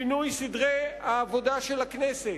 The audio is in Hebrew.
שינוי סדרי העבודה של הכנסת,